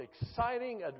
exciting